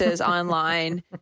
online